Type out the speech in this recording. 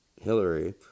Hillary